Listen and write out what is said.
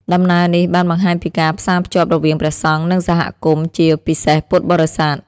ដំណើរនេះ បានបង្ហាញពីការផ្សារភ្ជាប់រវាងព្រះសង្ឃ និងសហគមន៍ ជាពិសេសពុទ្ធបរិស័ទ។